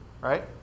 Right